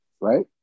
right